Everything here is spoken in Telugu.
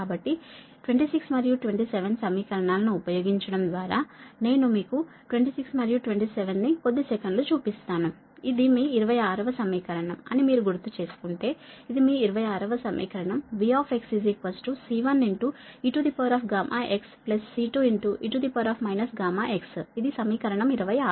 కాబట్టి 26 మరియు 27 సమీకరణాలను ఉపయోగించడం ద్వారా నేను మీకు 26 మరియు 27 ని కొద్ది సెకనులు చూపిస్తాను ఇది మీ 26 వ సమీకరణం అని మీరు గుర్తుచేసుకుంటే ఇది మీ 26 వ సమీకరణం V C1 eγxC2e γx ఇది సమీకరణం 26